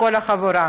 כל החבורה.